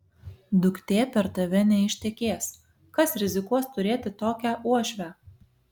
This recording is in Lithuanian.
duktė per tave neištekės kas rizikuos turėti tokią uošvę